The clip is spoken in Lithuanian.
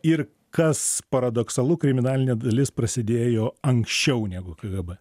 ir kas paradoksalu kriminalinė dalis prasidėjo anksčiau negu kgb